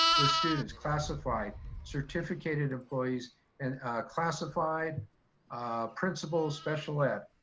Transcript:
with students, classified certificated employees and classified principals, special ed.